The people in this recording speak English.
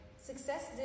success